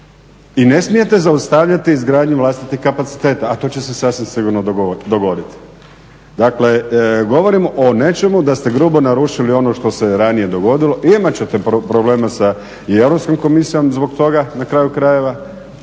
I ne smijete zaustavljati izgradnju vlastitih kapaciteta, a to će se sasvim sigurno dogoditi. Dakle, govorim o nečemu da ste grubo narušili ono što se ranije dogodilo. imat ćete probleme sa Europskom komisijom zbog toga na kraju krajeva